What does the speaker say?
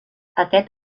aquest